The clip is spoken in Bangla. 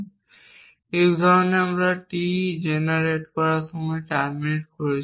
এই উদাহরণে আমরা T জেনারেট করার সময় টার্মিনেট করছি